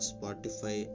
Spotify